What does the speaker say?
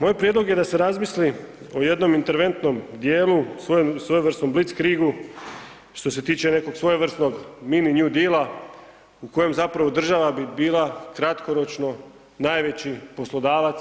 Moj prijedlog je da se razmisli o jednom interventnom dijelu svojevrsnom blitzkriegu što se tiče nekog svojevrsnog mini new deal u kojem zapravo država bi bila kratkoročno najveći poslodavac